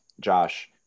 Josh